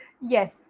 Yes